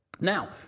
Now